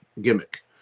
gimmick